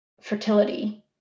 fertility